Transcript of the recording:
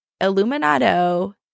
Illuminato